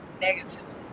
negatively